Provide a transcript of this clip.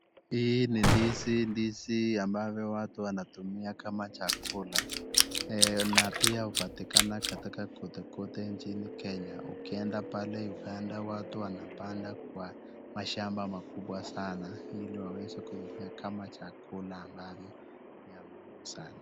Hii ni ndizi, ndizi ambavyo watu wanatumia kama chakula, na pia upatikana katika kote kote nchini kenya. Ukienda pale uganda watu wanapanda kwa mashamba makubwa sana hili waweze kutumia kama chakula ambavyo ni ya muhimu sana.